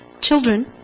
children